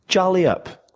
jolly up!